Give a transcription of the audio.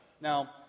Now